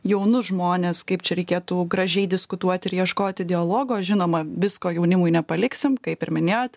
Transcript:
jaunus žmones kaip čia reikėtų gražiai diskutuoti ir ieškoti dialogo žinoma visko jaunimui nepaliksim kaip ir minėjot